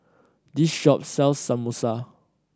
this shop sells Samosa